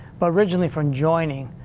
but originally, from joining,